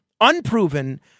unproven